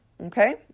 Okay